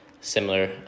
similar